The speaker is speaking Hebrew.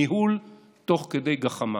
ניהול תוך כדי גחמה.